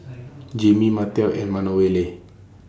Jaime Martell and Manuela